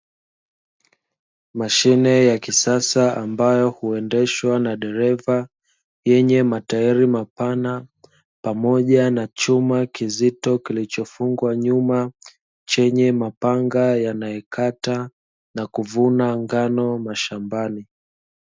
Mashine yakisasa ambayo huendeshwa na dereva yenye matairi mapana pamoja na chuma kizito kilichofungwa nyuma chenye mapanga yanayokata na kuvuna ngano mashambani.